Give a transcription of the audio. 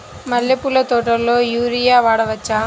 మల్లె పూల తోటలో యూరియా వాడవచ్చా?